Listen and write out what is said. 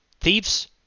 thieves